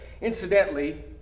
Incidentally